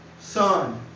Son